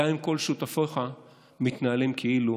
גם אם כל שותפיך מתנהלים כאילו